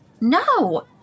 No